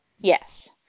Yes